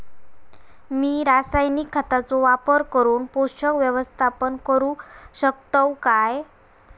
मी रासायनिक खतांचो वापर करून पोषक व्यवस्थापन करू शकताव काय?